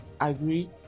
agree